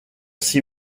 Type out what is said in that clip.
six